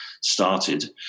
started